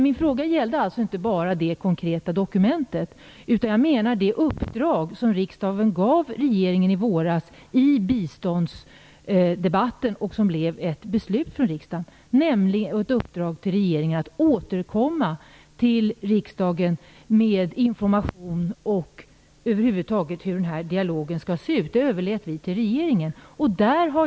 Min fråga gällde inte bara det konkreta dokumentet. Jag avser det uppdrag som riksdagen gav regeringen i våras i biståndsdebatten. Det fattades beslut i riksdagen om att ge regeringen i uppdrag att återkomma till riksdagen med information om hur dialogen skall se ut. Det överlät vi till regeringen.